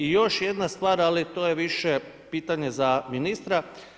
I još jedna stvar, ali to je više pitanje za ministra.